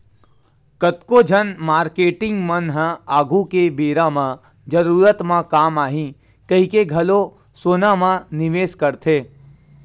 कतको झन मारकेटिंग मन ह आघु के बेरा म जरूरत म काम आही कहिके घलो सोना म निवेस करथे